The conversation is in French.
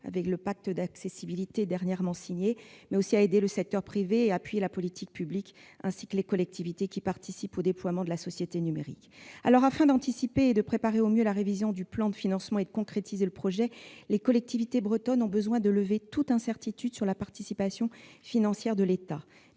avec le pacte d'accessibilité pour la Bretagne récemment signé -, à aider le secteur privé et à appuyer la politique publique, ainsi que les collectivités qui participent au développement de la société numérique. Afin d'anticiper et de préparer au mieux la révision du plan de financement et de concrétiser le projet, les collectivités bretonnes ont besoin de lever toutes les incertitudes sur la participation financière de l'État.